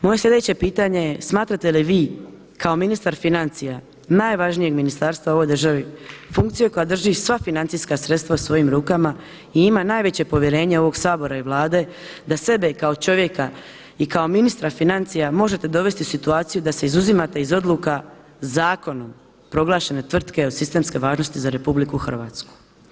Moje sljedeće pitanje je smatrate li vi kao ministar financija najvažnijeg ministarstva u ovoj državi funkciju koja drži sva financijska sredstva u svojim rukama i ima najveće povjerenje ovog Sabora i Vlade da sebe kao čovjeka i kao ministra financija možete dovesti u situaciju da se izuzimate od odluka zakonom proglašene tvrtke od sistemske važnosti za Republiku Hrvatsku.